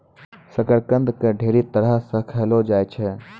शकरकंद के ढेरी तरह से खयलो जाय छै